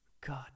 God